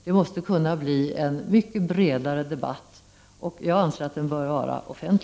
Det måste bli en mycket bredare debatt, och jag anser att denna bör vara offent